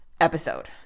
episode